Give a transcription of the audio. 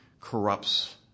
corrupts